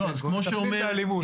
הם מטפלים באלימות,